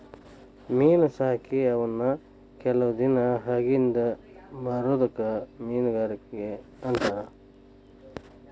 ಮೇನಾ ಸಾಕಿ ಅವನ್ನ ಕೆಲವ ದಿನಾ ಅಗಿಂದ ಮಾರುದಕ್ಕ ಮೇನುಗಾರಿಕೆ ಅಂತಾರ